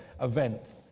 event